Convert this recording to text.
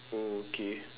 oh okay